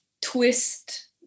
twist